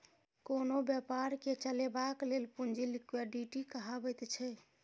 कोनो बेपारकेँ चलेबाक लेल पुंजी लिक्विडिटी कहाबैत छै